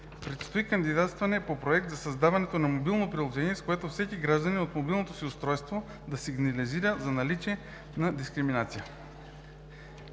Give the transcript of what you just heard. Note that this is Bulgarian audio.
Предстои кандидатстване по проект за създаване на мобилно приложение, с което всеки гражданин от мобилното си устройство да сигнализира за наличие на дискриминация.